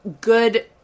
good